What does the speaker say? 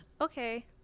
Okay